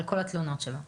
על כל התלונות שלו.